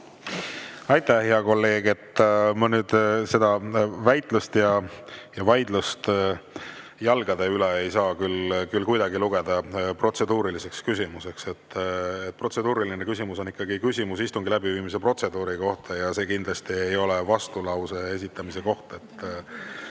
Aitäh, hea kolleeg! Ma seda väitlust ja vaidlust jalgade üle ei saa küll kuidagi lugeda protseduuriliseks küsimuseks. Protseduuriline küsimus on ikkagi küsimus istungi läbiviimise protseduuri kohta ja see kindlasti ei ole vastulause esitamise koht.